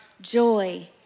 joy